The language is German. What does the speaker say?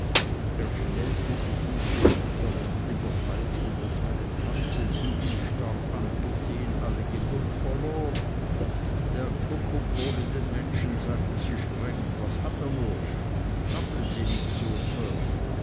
er schnellte sich in so widerwärtiger weise daß meine tante die ihn starr angesehen alle geduld verlor der kuckuck hole den menschen sagte sie streng was hat er nur zappeln sie nicht so